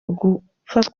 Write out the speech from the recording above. ugupfa